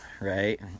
right